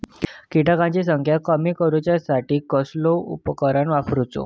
किटकांची संख्या कमी करुच्यासाठी कसलो उपाय करूचो?